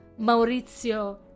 Maurizio